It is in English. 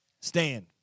stand